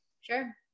Sure